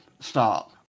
stop